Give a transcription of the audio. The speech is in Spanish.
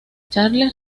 carles